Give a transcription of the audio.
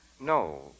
No